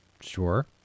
Sure